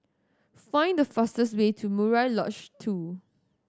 find the fastest way to Murai Lodge Two